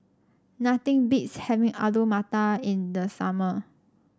nothing beats having Alu Matar in the summer